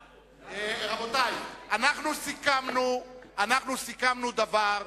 רבותי, אנחנו סיכמנו דבר.